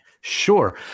Sure